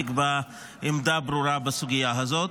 תקבע עמדה ברורה בסוגיה הזאת.